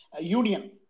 union